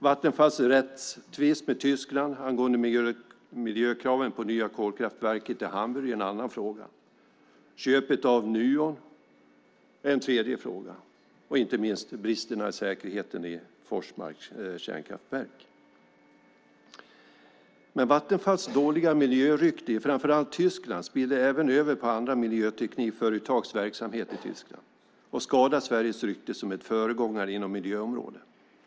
Vattenfalls rättstvist med Tyskland angående miljökraven på det nya kolkraftverket i Hamburg är en annan fråga. Köpet av Nuon är en tredje fråga. Inte minst har vi bristerna i säkerheten i Forsmarks kärnkraftverk. Vattenfalls dåliga miljörykte i framför allt Tyskland spiller även över på andra miljöteknikföretags verksamhet i Tyskland och skadar Sveriges rykte som en föregångare inom miljöområdet.